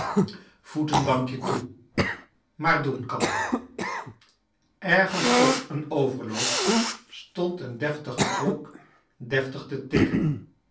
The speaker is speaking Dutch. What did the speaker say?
lenbankje toe maar doen kan ergens op een overloop stond een def j tige klok deftig te tikken